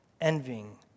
envying